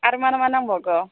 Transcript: आर मा मा नांबावगौ